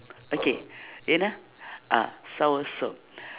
okay wait ah soursop